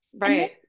Right